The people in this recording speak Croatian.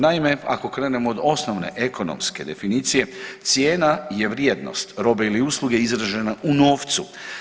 Naime, ako krenemo od osnovne ekonomske definicije cijena je vrijednost robe ili usluge izražena u novcu.